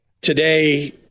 Today